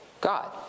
God